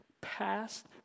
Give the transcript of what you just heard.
past